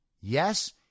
Yes